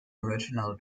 original